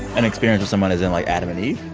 an experience with someone as in, like, adam and eve?